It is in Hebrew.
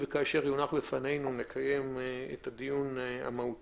כשיונח לפנינו הסדר שכזה אז נקיים את הדיון המהותי.